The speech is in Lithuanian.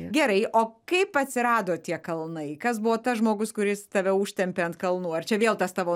gerai o kaip atsirado tie kalnai kas buvo tas žmogus kuris tave užtempė ant kalnų ar čia vėl tas tavo